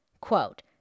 Quote